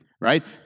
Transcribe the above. right